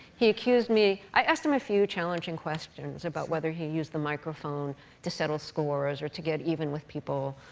he accused me i asked him a few challenging questions about whether he used the microphone to settle scores or to get even with people.